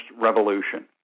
revolution